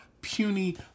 puny